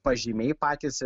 pažymiai patys